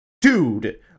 Dude